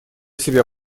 себя